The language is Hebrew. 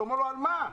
על מה?